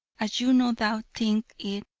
as you no doubt think it,